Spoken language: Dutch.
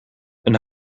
een